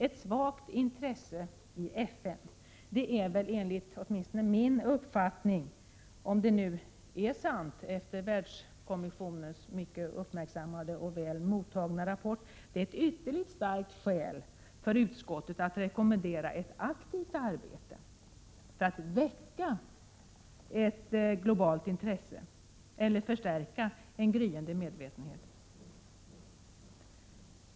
Ett svagt intresse i FN är åtminstone enligt min uppfattning — om konstaterandet nu är sant efter FN-kommissionens mycket uppmärksammade och väl mottagna rapport — ett ytterligt starkt skäl för utskottet att rekommendera ett aktivt arbete för att väcka ett globalt intresse eller förstärka en gryende medvetenhet.